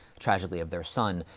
tragically, of their son.